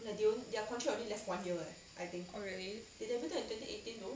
oh really